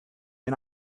and